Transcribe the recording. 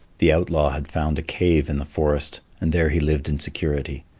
the outlaw had found a cave in the forest, and there he lived in security.